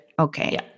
Okay